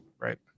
Right